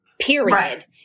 period